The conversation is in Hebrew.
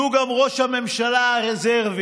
שהוא גם ראש הממשלה הרזרבי,